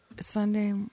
Sunday